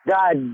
God